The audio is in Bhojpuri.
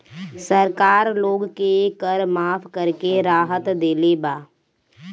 सरकार लोग के कर माफ़ करके राहत देले बा